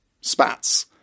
spats